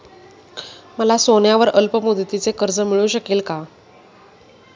मला सोन्यावर अल्पमुदतीचे कर्ज मिळू शकेल का?